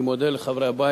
אני מודה לחברי הבית.